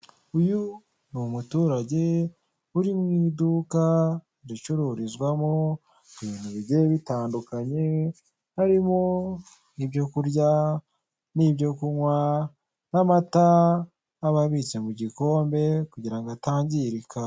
Ni inzu itangirwamo serivisi, iruhande hari uturarabyo hagati hari gutambukamo umugabo wambaye ishati y'ubururu, hirya gato hari abicaye bigaragara ko bategereje kwakirwa.